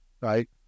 right